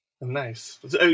Nice